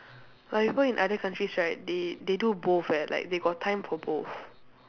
uh people in other counties right they they do both eh like they got time for both